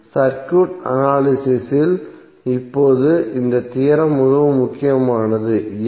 circuit analysis இல் இப்போது இந்த தியோரம் மிகவும் முக்கியமானது ஏன்